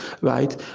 right